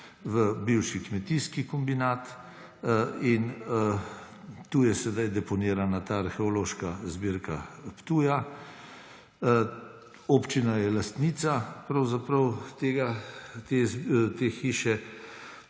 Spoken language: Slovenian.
v bivši kmetijski kombinat, in tu je sedaj deponirana ta arheološka zbirka Ptuja. Občina je pravzaprav lastnica